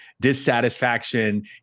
dissatisfaction